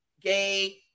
gay